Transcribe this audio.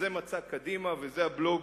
אז זה מצע קדימה וזה הבלוג